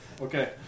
Okay